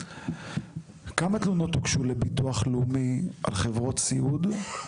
כמה תלונות הוגשו לביטוח לאומי על חברות סיעוד?